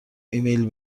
ایمیل